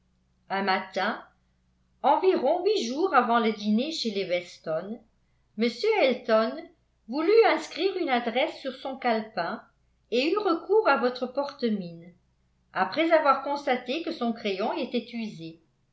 un matin environ huit jours avant le dîner chez les weston m elton voulut inscrire une adresse sur son calepin et eut recours à votre porte mine après avoir constaté que son crayon était